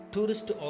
Tourist